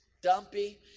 dumpy